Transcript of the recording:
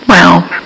Wow